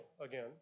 again